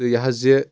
تہٕ یہِ حظ یہِ